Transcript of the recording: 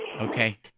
Okay